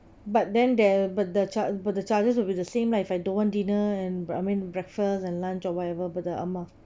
but then there but the charge but the charges will be the same right if I don't want dinner and I mean breakfast and lunch or whatever but the amount